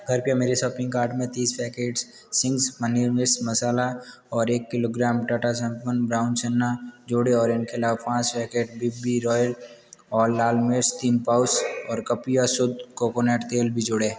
कृपया मेरे shopping cart में तीस पैकेट्स शिंग्स पनीर मिर्च मसाला और एक किलोग्राम टाटा संपन्न ब्राउन चना जोड़ें और इनके अलावा पाँच पैकेट बी बी रॉयल और लाल मिर्च तीन पाऊस और कपिवा शुद्ध कोकोनट तेल भी जोड़ें